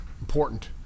important